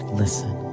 listen